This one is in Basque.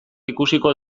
ikusiko